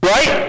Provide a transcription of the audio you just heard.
Right